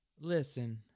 Listen